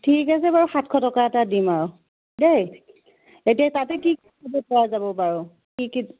ঠিক আছে বাৰু সাতশ টকা এটা দিম আৰু দেই এতিয়া তাতে কি কি পোৱা যাব বাৰু কি কি